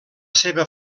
seva